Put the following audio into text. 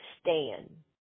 stand